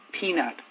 peanut